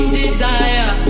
desire